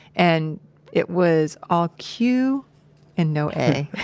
and it was all q and no a.